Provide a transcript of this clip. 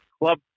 club